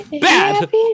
bad